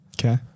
Okay